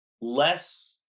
less